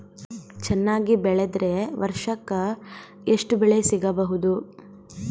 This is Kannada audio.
ಚೆನ್ನಾಗಿ ಬೆಳೆದ್ರೆ ವರ್ಷಕ ಎಷ್ಟು ಬೆಳೆ ಸಿಗಬಹುದು?